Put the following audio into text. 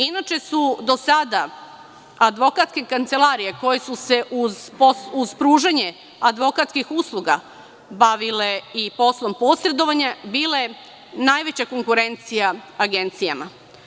Inače su do sada advokatske kancelarije koje su se uz pružanje advokatskih usluga bavile i poslom posredovanja bile i najveći posrednici agencijama.